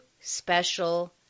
special